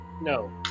No